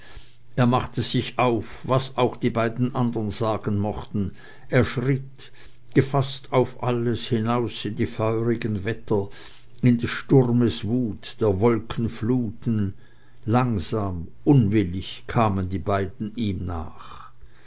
er machte sich auf was auch die beiden andern sagen mochten er schritt gefaßt auf alles hinaus in die feurigen wetter in des sturmes wut der wolken fluten langsam unwillig kamen die beiden ihm nach